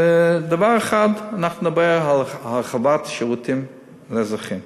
דבר אחד, אנחנו נדבר על הרחבת שירותים לאזרחים.